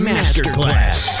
Masterclass